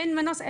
אין מנוס,